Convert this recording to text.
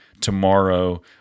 tomorrow